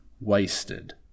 wasted